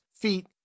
feet